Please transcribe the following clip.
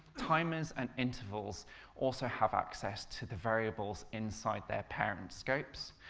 timers and intervals also have access to the variables inside their parent scopes.